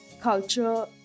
culture